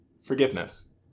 forgiveness